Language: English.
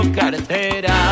Cartera